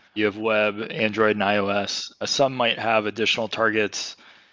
you have web, android and ios. some might have additional targets,